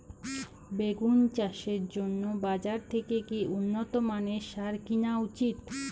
বেগুন চাষের জন্য বাজার থেকে কি উন্নত মানের সার কিনা উচিৎ?